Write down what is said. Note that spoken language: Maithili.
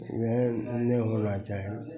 एहन नहि होना चाही